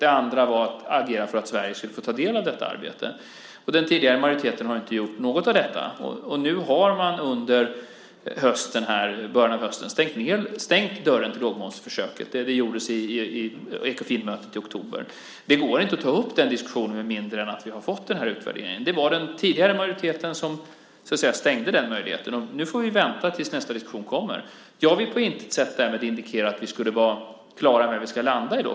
Den andra var att agera för att Sverige skulle få ta del av detta arbete. Den tidigare majoriteten har inte gjort något av detta. Nu har man under början av hösten stängt dörren till lågmomsförsöket. Det gjordes vid Ekofinmötet i oktober. Det går inte att ta upp den diskussionen med mindre än att vi har fått den här utvärderingen. Det var den tidigare majoriteten som så att säga stängde den möjligheten. Nu får vi vänta tills nästa diskussion kommer. Jag vill därmed på intet sätt indikera att vi skulle vara klara över var vi ska landa i dag.